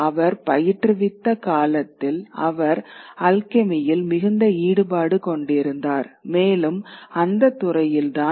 அவர் பயிற்றுவித்த காலத்தில் அவர் அல்கெமியில் மிகுந்த ஈடுபாடு கொண்டிருந்தார் மேலும் அந்தத் துறையில்தான்